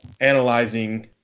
Analyzing